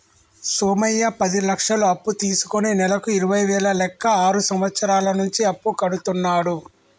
సోమయ్య పది లక్షలు అప్పు తీసుకుని నెలకు ఇరవై వేల లెక్క ఆరు సంవత్సరాల నుంచి అప్పు కడుతున్నాడు